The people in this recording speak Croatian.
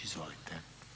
Izvolite.